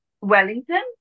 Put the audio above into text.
Wellington